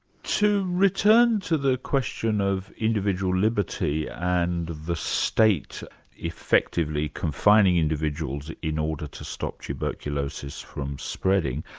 to return to the question of individual liberty and the state effectively confining individuals in order to stop tuberculosis from spreading,